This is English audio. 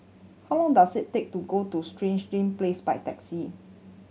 how long does it take to get to Stangee Ting Place by taxi